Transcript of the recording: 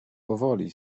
powoli